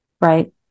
Right